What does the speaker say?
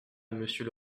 monsieur